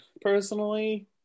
personally